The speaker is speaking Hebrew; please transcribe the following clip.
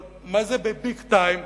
אבל מה-זה ב-big time,